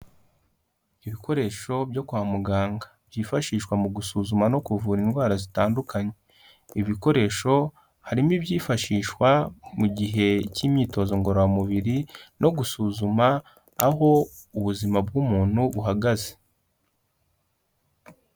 Ibikoresho byo kwa muganga, byifashishwa mu gusuzuma no kuvura indwara zitandukanye, ibi bikoresho harimo ibyifashishwa mu gihe cy'imyitozo ngororamubiri, no gusuzuma aho ubuzima bw'umuntu buhagaze.